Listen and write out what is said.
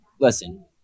Listen